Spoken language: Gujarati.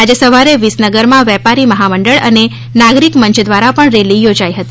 આજે સવારે વીસનગરમાં વેપારી મહામંડળ અને નાગરિક મંય દ્વારા પણ રેલી યોજાઇ હતી